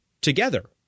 together